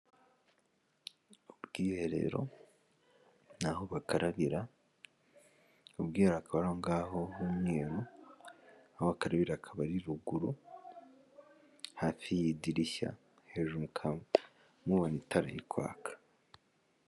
Ubwiherero ni aho bakarabira, ubwiherero akaba ari aho ngaho h'umweru, aho bakarabira hakaba ari ruguru hafi y'idirishya, hejuru mukaba mubona itara riri kwaka.